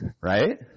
Right